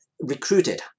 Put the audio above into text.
recruited